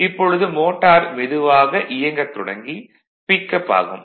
இப்பொழுது மோட்டார் மெதுவாக இயங்க தொடங்கி பிக் அப் ஆகும்